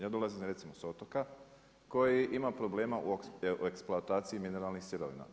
Ja dolazim recimo sa otoka koji ima problema u eksploataciji mineralnih sirovina.